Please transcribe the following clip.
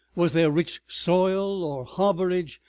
was there rich soil or harborage,